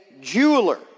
jeweler